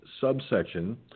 subsection